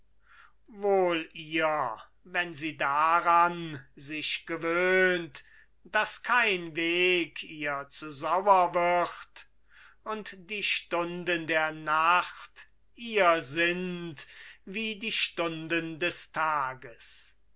wohl ihr wenn sie daran sich gewöhnt daß kein weg ihr zu sauer wird und die stunden der nacht ihr sind wie die stunden des tages